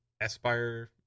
aspire